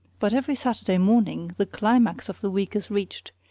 but every saturday morning the climax of the week is reached,